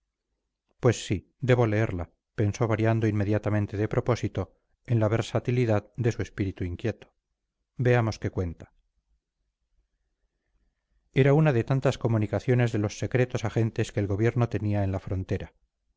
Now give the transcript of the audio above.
pues sí debo leerla pensó variando inmediatamente de propósito en la versatilidad de su espíritu inquieto veamos qué cuenta era una de tantas comunicaciones de los secretos agentes que el gobierno tenía en la frontera